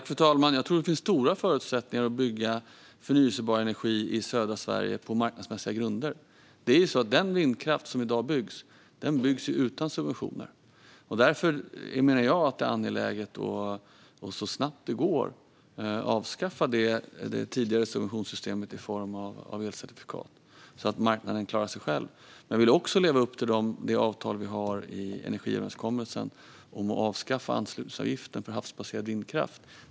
Fru talman! Jag tror att det finns goda förutsättningar att bygga förnybar energi i södra Sverige på marknadsmässiga grunder. Den vindkraft som byggs i dag byggs utan subventioner. Därför menar jag att det är angeläget att så snabbt det går avskaffa det tidigare subventionssystemet i form av elcertifikat, så att marknaden klarar sig själv. Men vi vill också leva upp till det avtal vi har i energiöverenskommelsen om att avskaffa anslutningsavgiften för havsbaserad vindkraft.